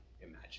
imagine